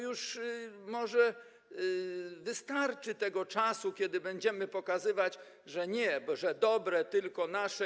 Już może wystarczy tego czasu, kiedy będziemy pokazywać, że nie, że dobre tylko nasze.